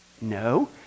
No